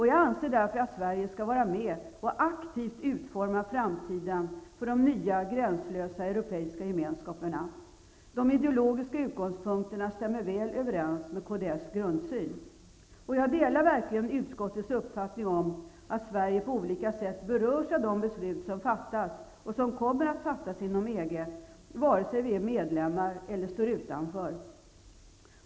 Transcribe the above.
Jag anser därför att Sverige skall vara med och aktivt utforma framtiden för de nya gränslösa Europeiska gemenskaperna. De ideologiska utgångspunkterna stämmer väl överens med kds grundsyn. Jag delar verkligen utskottets uppfattning att Sverige på olika sätt berörs av de beslut som fattas och som kommer att fattas inom EG, vare sig vi är medlemmar eller står utanför.